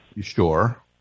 Sure